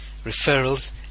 referrals